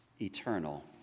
eternal